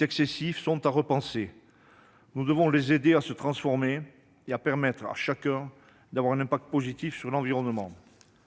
excessif, sont à repenser. Nous devons favoriser leur transformation et permettre à chacun d'avoir un impact positif sur l'environnement.